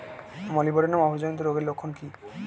Molybdenum অভাবজনিত রোগের লক্ষণ কি কি?